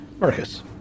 Marcus